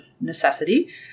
necessity